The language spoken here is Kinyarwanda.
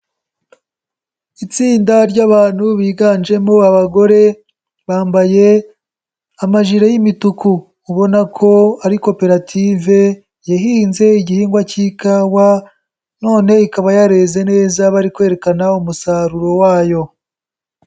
Itsinda ry'abantu biganjemo abagore bambaye amajire y'imituku, ubona ko ari koperative yahinze igihingwa k'ikawa none ikaba yareze neza bari kwerekana umusaruro wayo.